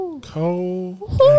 Cold